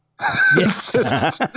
Yes